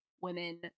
women